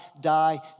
die